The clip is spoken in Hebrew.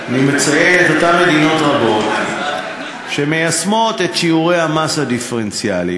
לכן אני מציין את אותן מדינות רבות שמיישמות את שיעורי המס הדיפרנציאלי